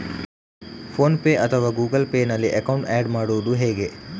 Phone pay ಅಥವಾ Google Pay ನಲ್ಲಿ account add ಮಾಡುವುದು ಹೇಗೆ?